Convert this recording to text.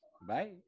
bye